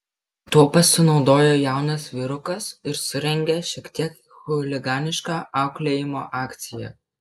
tuo pasinaudojo jaunas vyrukas ir surengė šiek tiek chuliganišką auklėjimo akciją